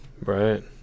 Right